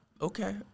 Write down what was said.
Okay